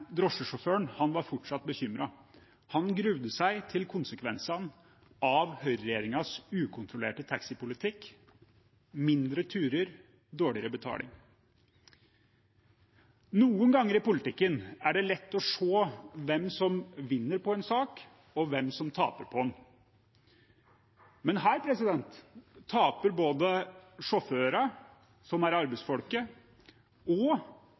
drosjesjåføren var fortsatt bekymret. Han grudde seg til konsekvensene av Høyre-regjeringens ukontrollerte taxipolitikk: færre turer, dårligere betaling. Noen ganger i politikken er det lett å se hvem som vinner på en sak, og hvem som taper på den. Men her taper både sjåførene, som er arbeidsfolket, og